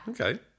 okay